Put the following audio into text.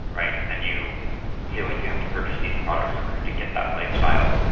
right, and then you feel like you have to purchase these products in order to get that lifestyle.